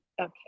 okay